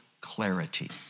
clarity